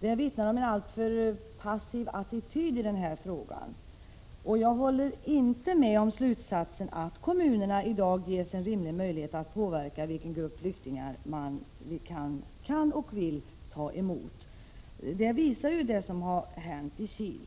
Det visar en alltför passiv attityd i den här frågan. Jag håller inte med om slutsatsen att kommunerna i dag ges möjlighet att påverka vilken grupp flyktingar man vill ta emot. Detta visas av det som hänt i Kil.